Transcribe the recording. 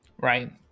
Right